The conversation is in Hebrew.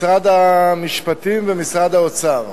משרד המשפטים ומשרד האוצר.